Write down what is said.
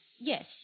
Yes